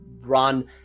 run